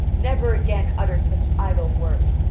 never again utter such idle words,